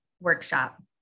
workshop